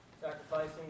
Sacrificing